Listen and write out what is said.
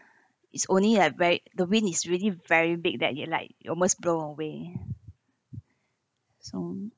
is only at ver~ the wind is really very big that you like you almost blow away so